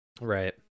Right